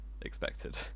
expected